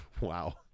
Wow